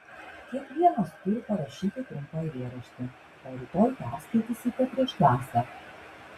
kiekvienas turi parašyti trumpą eilėraštį o rytoj perskaitysite prieš klasę